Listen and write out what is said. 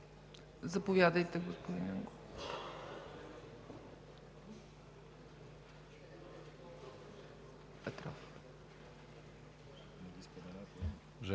Петров.